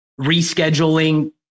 rescheduling